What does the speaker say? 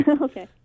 Okay